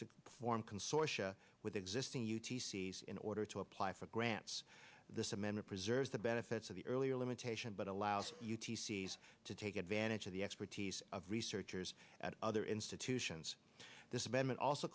to form consortia with existing u t c s in order to apply for grants this amendment preserves the benefits of the earlier limitation but allows us to take advantage of the expertise of researchers at other institutions this amendment also